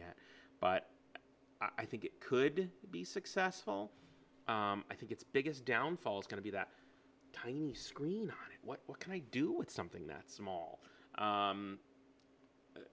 yet but i think it could be successful i think its biggest downfall is going to be that tiny screen what can i do with something that small